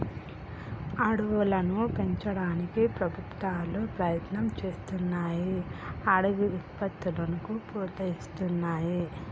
అడవులను పెంచడానికి ప్రభుత్వాలు ప్రయత్నం చేస్తున్నాయ్ అడవి ఉత్పత్తులను ప్రోత్సహిస్తున్నాయి